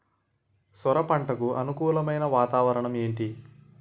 సొర పంటకు అనుకూలమైన వాతావరణం ఏంటి?